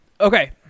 Okay